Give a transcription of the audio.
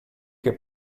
che